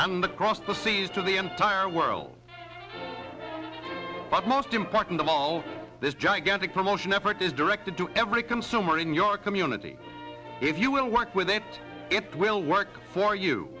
and across the seas to the entire world but most important of all this gigantic promotion effort is directed to every consumer in your community if you will work with it it will work for you